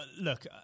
look